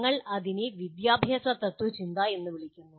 ഞങ്ങൾ അതിനെ "വിദ്യാഭ്യാസ തത്ത്വചിന്ത" എന്ന് വിളിക്കുന്നു